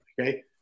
Okay